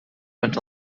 went